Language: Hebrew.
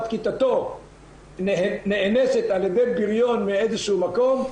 כיתתו נאנסת על ידי בריון מאיזה שהוא מקום,